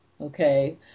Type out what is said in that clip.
Okay